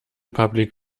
public